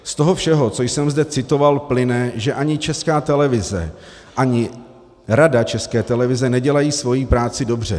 Z toho všeho, co jsem zde citoval, plyne, že ani Česká televize, ani Rada České televize nedělají svoji práci dobře.